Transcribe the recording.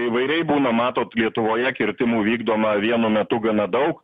įvairiai būna matot lietuvoje kirtimų vykdoma vienu metu gana daug